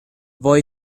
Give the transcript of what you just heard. boy